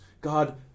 God